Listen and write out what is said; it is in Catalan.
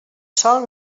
sòl